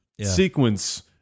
sequence